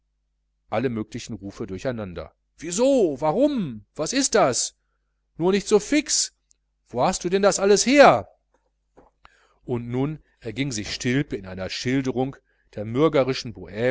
alle möglichen rufe durcheinander wieso was ist das nur nicht so fix wo hast du denn das her und nun erging sich stilpe in einer schilderung der mürgerschen